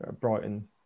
Brighton